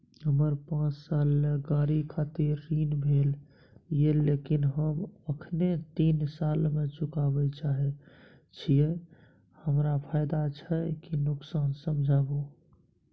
हमर पाँच साल ले गाड़ी खातिर ऋण भेल ये लेकिन हम अखने तीन साल में चुकाबे चाहे छियै हमरा फायदा छै की नुकसान समझाबू?